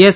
S